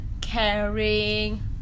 caring